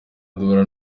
duhura